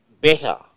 better